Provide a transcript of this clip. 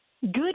Good